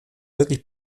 wirklich